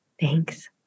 Thanks